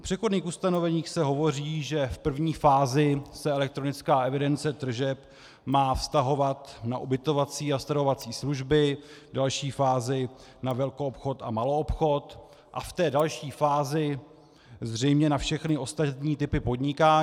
V přechodných ustanoveních se hovoří, že v první fázi se elektronická evidence tržeb má vztahovat na ubytovací a stravovací služby, v další fázi na velkoobchod a maloobchod a v další fázi zřejmě na všechny ostatní typy podnikání.